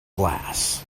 glass